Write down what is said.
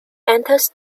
enters